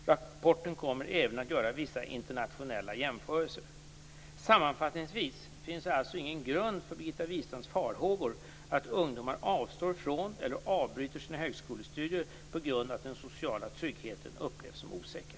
I rapporten kommer det även att göras vissa internationella jämförelser. Sammanfattningsvis finns det alltså ingen grund för Birgitta Wistrands farhågor att ungdomar avstår från eller avbryter sina högskolestudier på grund av att den sociala tryggheten upplevs som osäker.